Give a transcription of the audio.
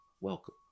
welcome